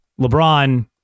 LeBron